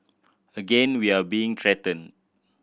again we are being threatened